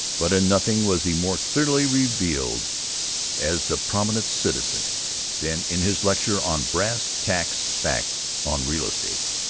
but in nothing was he more clearly revealed as the prominent citizen than in his lecture on brass tacks facts on real estate,